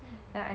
mmhmm